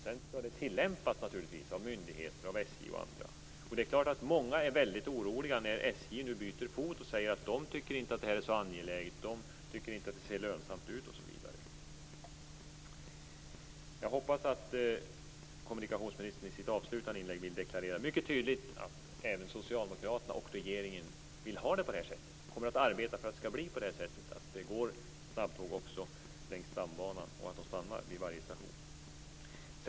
Sedan skall det naturligtvis tillämpas av myndigheter, av SJ och andra. Många är väldigt oroliga när SJ nu byter fot och säger att man inte tycker att det här är så angeläget, att det inte ser så lönsamt ut. Jag hoppas att kommunikationsministern i sitt avslutande inlägg vill deklarera mycket tydligt att även socialdemokraterna och regeringen vill ha det på det här sättet, att man kommer att arbeta för att det går snabbtåg också längs Stambanan och att de stannar vid varje station.